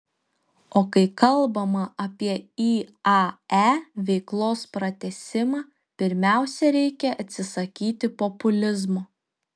o kai kalbama apie iae veiklos pratęsimą pirmiausia reikia atsisakyti populizmo